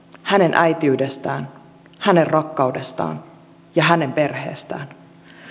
hänen äitiydestään hänen rakkaudestaan ja hänen perheestään